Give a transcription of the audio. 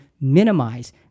minimize